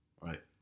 Right